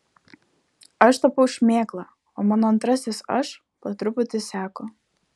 aš tapau šmėkla o mano antrasis aš po truputį seko